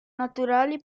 naturali